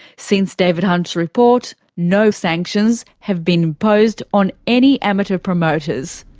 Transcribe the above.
since david hunt's report, no sanctions have been imposed on any amateur promoters.